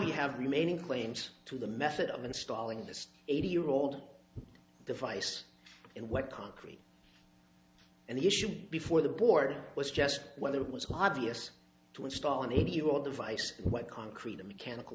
you have remaining claims to the method of installing this eighty year old device and what concrete and the issue before the board was just whether it was obvious to install an eight year old device what concrete a mechanical